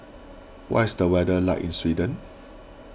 what is the weather like in Sweden